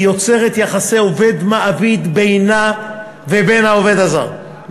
היא יוצרת יחסי עובד מעביד בינה לבין העובד הזר,